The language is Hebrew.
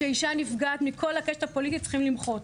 כשאישה נפגעת מכל הקשת הפוליטית צריכים למחות.